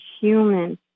human